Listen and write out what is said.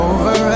Over